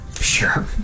Sure